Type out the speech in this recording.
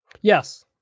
Yes